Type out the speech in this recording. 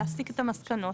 להסיק את המסקנות.